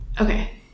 okay